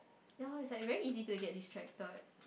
ya lor it's like very easy to get distracted